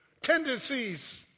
tendencies